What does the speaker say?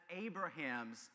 Abraham's